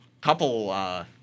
couple